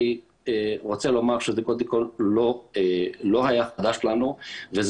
אני רוצה לומר שזה קודם כל לא היה חדש לנו וזה